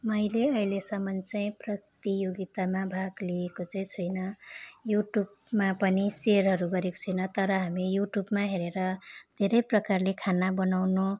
मैले अहिलेसम्म चाहिँ प्रतियोगितामा भाग लिएको चाहिँ छैन युट्युबमा पनि सेयरहरू गरेको छैन तर हामी युट्युबमा हेरेर धेरै प्रकारले खाना बनाउनु